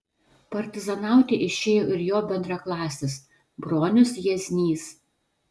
partizanauti išėjo ir jo bendraklasis bronius jieznys